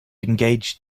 engaged